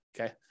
Okay